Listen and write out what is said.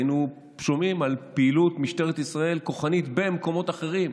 היינו שומעים על פעילות כוחנית של משטרת ישראל במקומות אחרים,